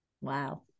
Wow